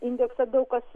indeksą daug kas